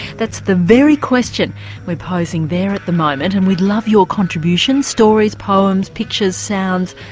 that's the very question we're posing there at the moment and we'd love your contributions, stories, poems, pictures, sounds,